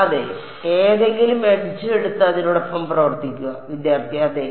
അതെ ഏതെങ്കിലും എഡ്ജ് എടുത്ത് അതിനോടൊപ്പം പ്രവർത്തിക്കുക വിദ്യാർത്ഥി അതെ